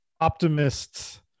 optimists